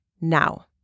now